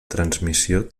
transmissió